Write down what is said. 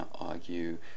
argue